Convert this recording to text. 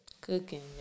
Cooking